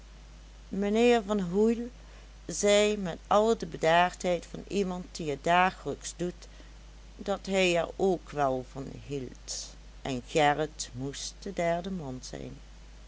mijnheer van hoel zei met al de bedaardheid van iemand die het dagelijks doet dat hij er ook wel van hield en gerrit moest de derde man zijn